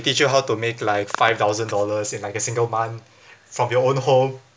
teach you how to make like five thousand dollars in like a single month from your own home